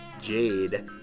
Jade